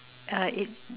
uh it's